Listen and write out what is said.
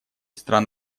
стран